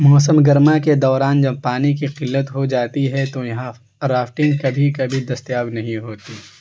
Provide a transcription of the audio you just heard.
موسم گرما کے دوران جب پانی کی قلت ہو جاتی ہے تو یہاں رافٹنگ کبھی کبھی دستیاب نہیں ہوتی